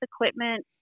equipment